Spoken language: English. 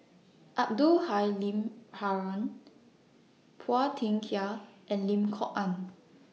Abdul Halim Haron Phua Thin Kiay and Lim Kok Ann